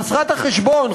חסרת החשבון,